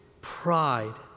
pride